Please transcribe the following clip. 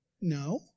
No